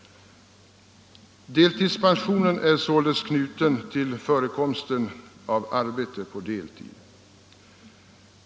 Delpensionen är således knuten till förekomsten av arbete på deltid.